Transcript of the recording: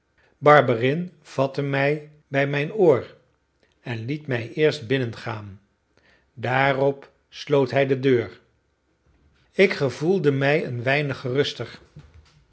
barberin vatte mij bij mijn oor en liet mij eerst binnengaan daarop sloot hij de deur ik gevoelde mij een weinig geruster